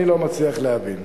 אני לא מצליח להבין.